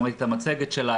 גם ראיתי את המצגת שלה,